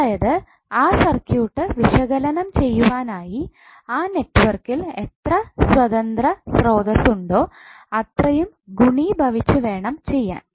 അതായത് ആ സർക്യൂട്ട് വിശകലനം ചെയ്യുവാനായി ആ നെറ്റ്വർക്കിൽ എത്ര സ്വതന്ത്ര സ്രോതസ്സ് ഉണ്ടോ അത്രയും ഗുണീഭവിച്ചു വേണം ചെയ്യാൻ